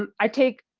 um i take,